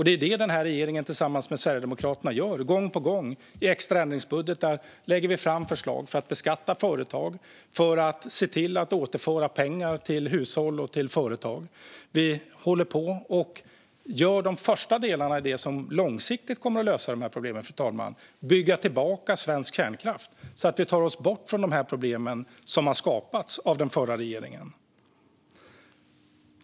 Det är det denna regering tillsammans med Sverigedemokraterna gör. Gång på gång, i extra ändringsbudgetar, lägger vi fram förslag för att beskatta företag och återföra pengar till hushåll och företag. Vi håller också på att genomföra de första delarna i det som långsiktigt kommer att lösa problemen, fru talman: att bygga tillbaka svensk kärnkraft så att vi tar oss bort från de problem som skapats av den förra regeringen.